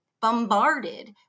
bombarded